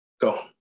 go